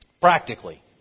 practically